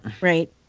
Right